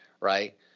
right